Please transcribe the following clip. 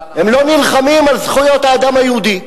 אבל, אבל, הם לא נלחמים על זכויות האדם היהודי.